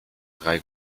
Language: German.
drei